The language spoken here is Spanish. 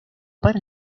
para